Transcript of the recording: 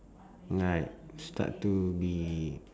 like start to be